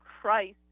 Christ